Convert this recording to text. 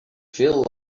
veel